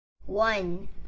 One